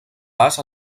pas